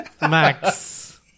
Max